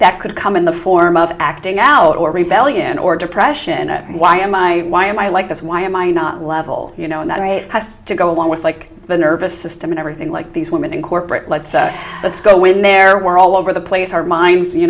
that could come in the form of acting out or rebellion or depression why am i why am i like this why am i not level you know and that has to go along with like the nervous system and everything like these women in corporate let's let's go in there were all over the place our minds you